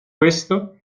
questo